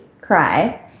cry